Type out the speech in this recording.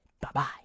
Bye-bye